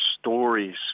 stories